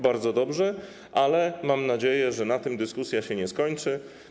Bardzo dobrze, ale mam nadzieję, że na tym dyskusja się nie skończy.